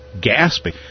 gasping